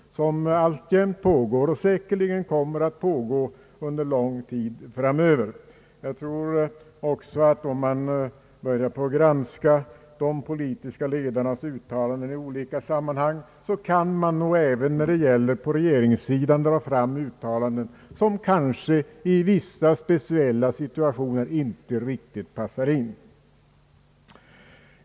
Den pågår alltjämt och kommer säkerligen också att pågå under lång tid framöver. Om man vill granska de politiska ledarnas uttalanden i olika sammanhang kan man nog även när det gäller regeringssidan dra fram yttranden som i vissa speciella situationer inte riktigt passar in.